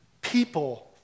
people